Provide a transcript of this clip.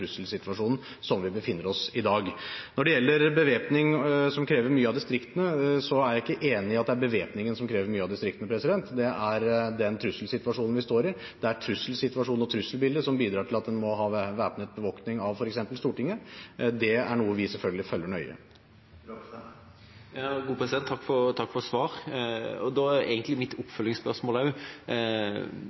bevæpning som krever mye av distriktene, er jeg ikke enig i at det er bevæpningen som krever mye av distriktene; det er den trusselsituasjonen vi står i. Det er trusselsituasjonen og trusselbildet som bidrar til at en må ha væpnet bevoktning av f.eks. Stortinget. Det er noe vi selvfølgelig følger nøye. Takk for svar. Da er mitt oppfølgingsspørsmål: Når forventer justisministeren at en kan avskaffe en midlertidig bevæpning? Jeg vet jo at han selv er